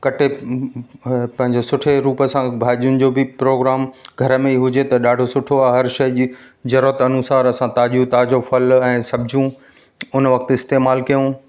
कटे पंहिंजो सुठे रूप सां भाजियुनि जो बि प्रोग्राम घर में ई हुजे त सुठो आहे हर शइ जी जरुरत अनुसार असां ताज़ो ताज़े फ़ल ऐं सब्जियूं उन वक्तु इस्तेमालु कयूं